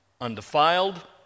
undefiled